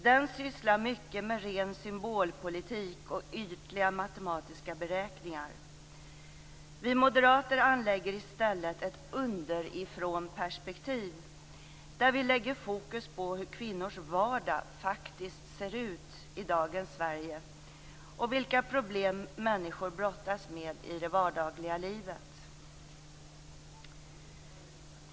Den sysslar mycket med ren symbolpolitik och ytliga matematiska beräkningar. Vi moderater anlägger i stället ett underifrånperspektiv, där vi fokuserar hur kvinnors vardag faktiskt ser ut i dagens Sverige och vilka problem människor brottas med i det vardagliga livet.